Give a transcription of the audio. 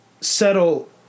settle